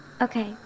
Okay